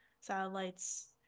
Satellites